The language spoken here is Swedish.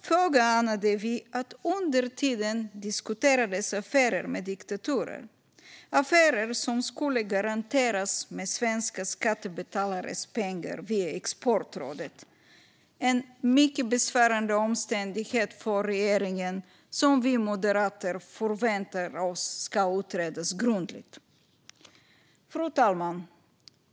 Föga anade vi att under tiden diskuterades affärer med diktaturen, affärer som skulle garanteras med svenska skattebetalares pengar via Exportrådet. Detta är en mycket besvärande omständighet för regeringen som vi moderater förväntar oss kommer att utredas grundligt. Fru talman!